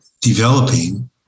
developing